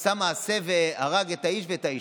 עשה מעשה והרג את האיש ואת האישה.